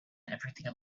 everything